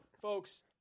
folks –